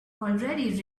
already